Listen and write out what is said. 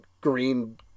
green